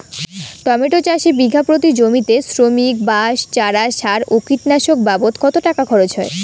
Tomato চাষে বিঘা প্রতি জমিতে শ্রমিক, বাঁশ, চারা, সার ও কীটনাশক বাবদ কত টাকা খরচ হয়?